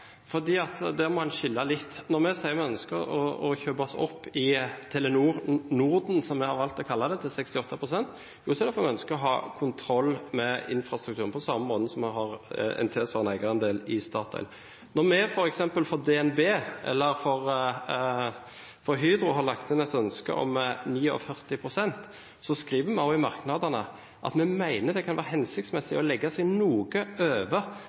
må en skille litt. Når vi sier at vi ønsker å kjøpe oss opp i Telenor Norden, som vi har valgt å kalle det, til 68 pst., er det fordi vi ønsker å ha kontroll med infrastrukturen, på samme måte som vi har en tilsvarende eierandel i Statoil. Når vi f.eks. for DNB eller for Hydro har lagt inn et ønske om 49 pst., skriver vi også i merknadene at vi mener det kan være hensiktsmessig å legge seg noe